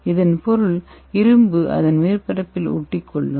இதன் பொருள் இரும்பு அதன் மேற்பரப்பில் ஒட்டிக்கொள்ளும்